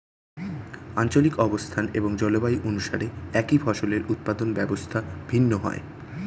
আঞ্চলিক অবস্থান এবং জলবায়ু অনুসারে একই ফসলের উৎপাদন ব্যবস্থা ভিন্ন হয়